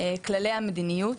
כללי המדיניות,